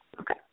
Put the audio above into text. Okay